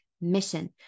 mission